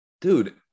dude